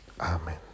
amen